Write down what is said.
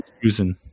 cruising